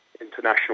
international